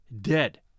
dead